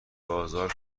بازار